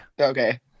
okay